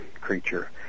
creature